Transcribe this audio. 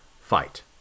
fight